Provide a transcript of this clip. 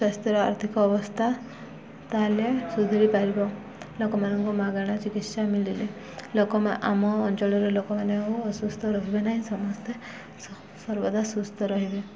ସ୍ୱାସ୍ଥ୍ୟର ଆର୍ଥିକ ଅବସ୍ଥା ତା'ହେଲେ ସୁଧିରି ପାରିବ ଲୋକମାନଙ୍କୁ ମାଗଣା ଚିକିତ୍ସା ମିଳିଲେ ଲୋକ ମା ଆମ ଅଞ୍ଚଳର ଲୋକମାନେ ଓ ଅସୁସ୍ଥ ରହିବେ ନାହିଁ ସମସ୍ତେ ସ ସର୍ବଦା ସୁସ୍ଥ ରହିବେ